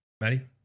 Maddie